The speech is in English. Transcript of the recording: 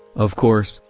of course,